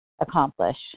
accomplish